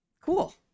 Cool